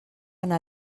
anar